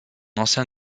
ancien